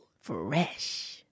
Fresh